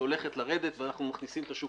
שהולכת לרדת ואנחנו מכניסים את השוק